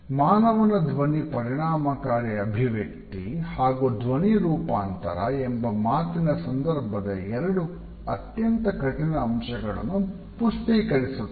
ಮಾನವನ ಧ್ವನಿ ಪರಿಣಾಮಕಾರಿ ಅಭಿವ್ಯಕ್ತಿ ಹಾಗು ಧ್ವನಿ ರೂಪಾಂತರ ಎಂಬ ಮಾತಿನ ಸಂದರ್ಭದ ಎರೆಡು ಅತ್ಯಂತ ಕಠಿಣ ಅಂಶಗಳನ್ನು ಪುಷ್ಟೀಕರಿಸುತ್ತದೆ